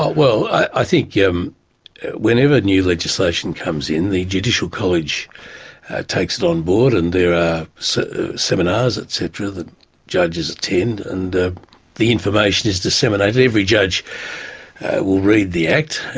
well, i think yeah um whenever new legislation comes in the judicial college takes it on board, and there are so seminars et cetera that judges attend, and the the information is disseminated. every judge will read the act,